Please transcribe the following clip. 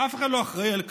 אף אחד לא אחראי על כלום.